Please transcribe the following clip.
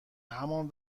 همان